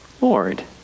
Lord